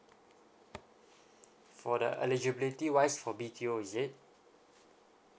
for the eligibility wise for B_T_O is it